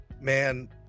man